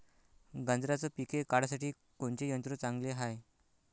गांजराचं पिके काढासाठी कोनचे यंत्र चांगले हाय?